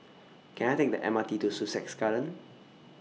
Can I Take The M R T to Sussex Garden